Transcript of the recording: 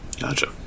Gotcha